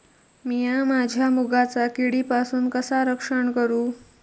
मीया माझ्या मुगाचा किडीपासून कसा रक्षण करू?